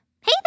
Hey